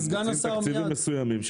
מקצים תקציבים מסוימים,